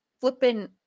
flipping